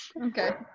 Okay